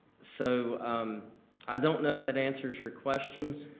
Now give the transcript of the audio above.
so i don't know if that answers your questions,